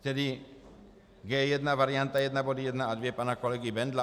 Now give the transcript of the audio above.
Tedy G1 varianta 1, body 1 a 2 pana kolegy Bendla.